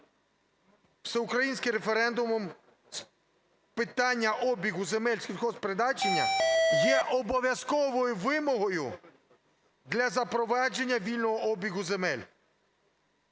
всеукраїнським референдумом з питання обігу земель сільгосппризначення є обов’язковою вимогою для запровадження вільного обігу земель.